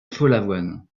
follavoine